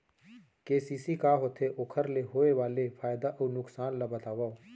KCC का होथे, ओखर ले होय वाले फायदा अऊ नुकसान ला बतावव?